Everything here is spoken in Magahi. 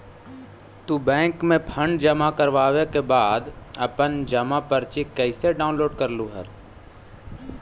तू बैंक में फंड जमा करवावे के बाद अपन जमा पर्ची कैसे डाउनलोड करलू हल